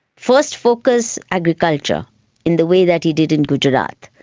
first focus, agriculture in the way that he did in gujarat.